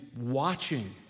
watching